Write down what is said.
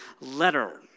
letter